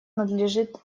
надлежит